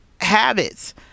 habits